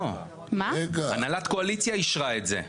לא, הנהלת הקואליציה אישרה את זה.